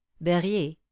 Berrier